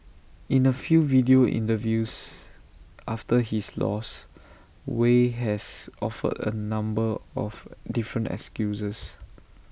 in A few video interviews after his loss Wei has offered A number of different excuses